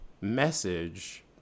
message